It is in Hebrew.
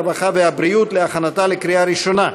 הרווחה והבריאות להכנתה לקריאה ראשונה.